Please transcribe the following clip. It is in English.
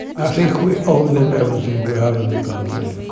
i think we owe them everything we have in the country